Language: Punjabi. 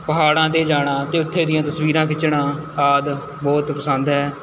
ਪਹਾੜਾਂ 'ਤੇ ਜਾਣਾ ਅਤੇ ਉੱਥੇ ਦੀਆਂ ਤਸਵੀਰਾਂ ਖਿੱਚਣਾ ਆਦਿ ਬਹੁਤ ਪਸੰਦ ਹੈ